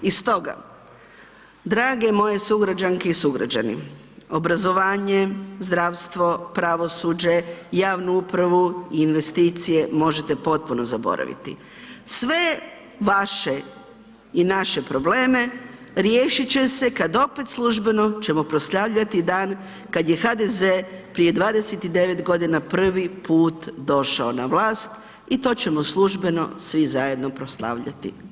I stoga drage moje sugrađanke i sugrađani, obrazovanje, zdravstvo, pravosuđe, javnu upravu, investicije možete potpuno zaboraviti sve vaše i naše probleme riješit će se kada opet službeno ćemo proslavljati dan kada je HDZ prije 29 godina prvi put došao na vlast i to ćemo službeno svi zajedno proslavljati.